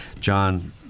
John